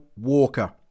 Walker